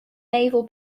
naval